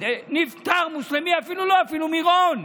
נפטר מוסלמי, אפילו לא, אפילו מרון.